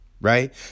right